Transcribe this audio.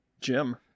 Jim